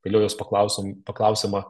vėliau jos paklausom paklausiama